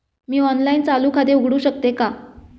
मी online चालू खाते उघडू शकते का?